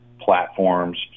platforms